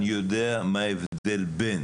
אני יודע מהו ההבדל בין